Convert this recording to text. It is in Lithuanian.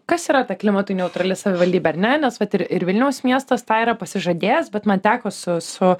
kas yra ta klimatui neutrali savivaldybė ar ne nes vat ir vilniaus miestas tą yra pasižadėjęs bet man teko su su